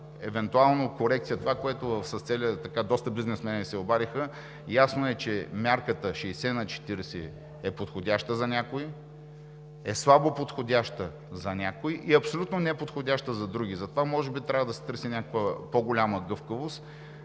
евентуално корекция. Това, за което доста бизнесмени се обадиха – ясно е, че мярката 60/40 е подходяща за някои, е слабо подходяща за някои и абсолютно неподходяща за други. Затова може би трябва да се търси някаква по-голяма гъвкавост.